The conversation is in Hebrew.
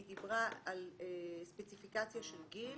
היא דיברה על ספציפיקציה של גיל